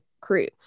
crew